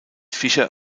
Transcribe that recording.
fischer